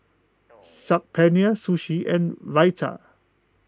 Saag Paneer Sushi and Raita